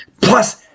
Plus